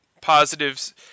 positives